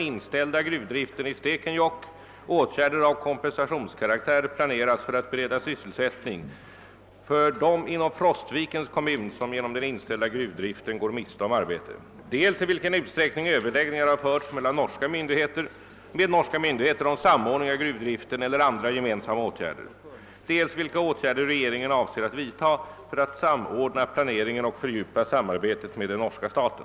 Herr Sundman har i en interpellation frågat mig, dels i vilken utsträckning Ööverläggningar har förts med norska myndigheter om samordning av gruvdriften eller andra gemensamma åtgärder, dels vilka åtgärder regeringen avser att vidta för att samordna planeringen och fördjupa samarbetet med den norska staten.